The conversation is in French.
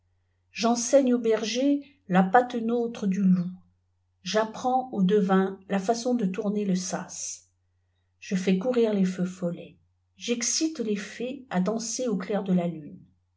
j'enseigne ioij brgrs la pitenôtre du loup j'apprends aux devins la agofl de toiurner le sas je fais courir les feux follets j'excite fi les ls à danser au clair de la lune